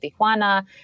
Tijuana